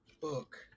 book